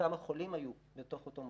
כמה חולים היו בתוך אותו מוסד.